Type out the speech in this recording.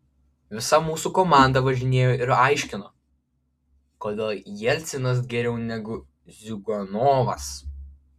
visa mūsų komanda važinėjo ir aiškino kodėl jelcinas geriau negu ziuganovas